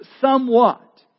somewhat